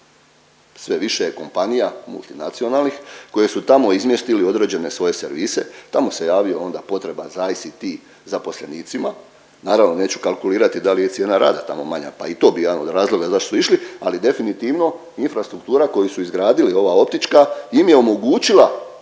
Sve više je kompanija multinacionalnih koje su tamo izmjestili određene svoje servise, tamo se javio onda potreba za ICT zaposlenicima, naravno neću kalkulirati da li je i cijena rada tamo manja, pa i to je bio jedan od razloga zašto su išli, ali definitivno infrastruktura koju su izgradili ova optička im je omogućila